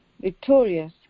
victorious